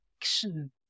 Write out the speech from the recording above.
action